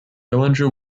dillinger